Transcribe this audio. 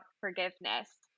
forgiveness